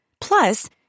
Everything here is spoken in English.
Plus